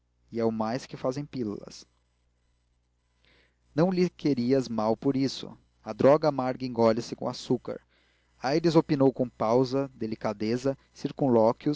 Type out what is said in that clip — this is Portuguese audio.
e é o mais que fazem pílulas não lhe queiras mal por isso a droga amarga engole se com açúcar aires opinou com pausa delicadeza